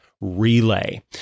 Relay